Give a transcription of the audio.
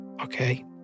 okay